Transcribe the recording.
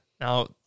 Now